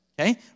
okay